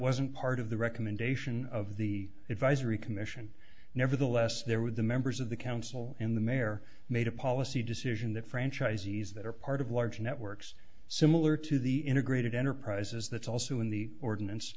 wasn't part of the recommendation of the advisory commission nevertheless there were the members of the council in the mayor made a policy decision that franchisees that are part of large networks similar to the integrated enterprises that's also in the ordinance